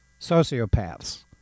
sociopaths